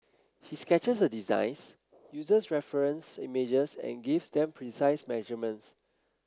he sketches the designs uses reference images and gives them precise measurements